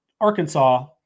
Arkansas